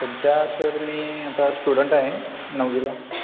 सध्या तर मी आता स्टुडंट आहे नववीला